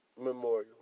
Memorial